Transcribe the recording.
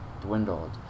dwindled